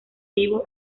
vivo